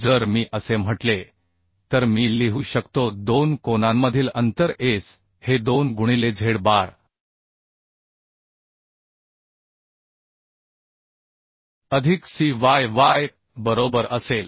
जर मी असे म्हटले तर मी लिहू शकतो दोन कोनांमधील अंतर s हे 2 गुणिले झेड बार अधिक cyy बरोबर असेल